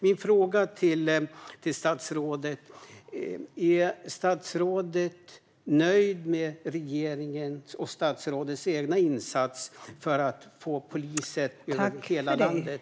Min fråga till statsrådet är: Är statsrådet nöjd med regeringens och statsrådets egen insats för att få poliser över hela landet?